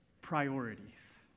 Priorities